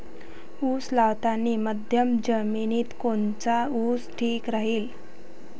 उस लावतानी मध्यम जमिनीत कोनचा ऊस ठीक राहीन?